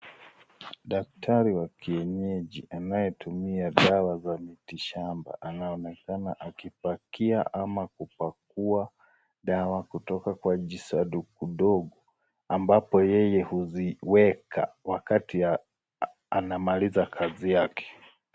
Daktari wa kienyejianayetumia dawa za miti shamba, anaonekana akipakia ama kupakua dawa kutoka kwa jisanduku dogo ambapo yeye huziweka wakati anamaliza kazi yake.